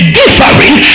differing